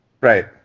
Right